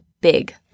big